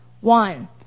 one